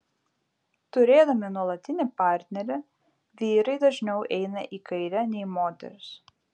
turėdami nuolatinį partnerį vyrai dažniau eina į kairę nei moterys